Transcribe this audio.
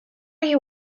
you